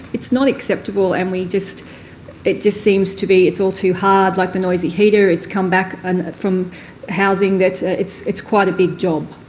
it's not acceptable and we just it just seems to be it's all too hard, like the noisy heater, heater, it's come back and from housing that it's it's quite a big job.